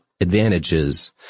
Advantages